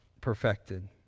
perfected